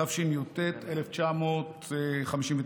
התשי"ט 1959,